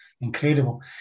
incredible